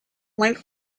went